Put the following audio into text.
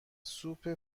سوپ